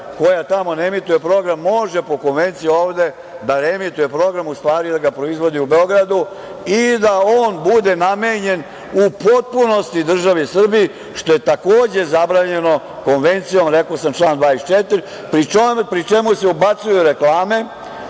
koja tamo ne emituje program, može po Konvenciji ovde da reemituje program, u stvari da ga proizvodi u Beogradu i da on bude namenjen u potpunosti državi Srbiji, što je takođe zabranjeno Konvencijom, rekao sam, član 24, pri čemu se ubacuju reklame,